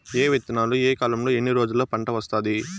ఏ విత్తనాలు ఏ కాలంలో ఎన్ని రోజుల్లో పంట వస్తాది?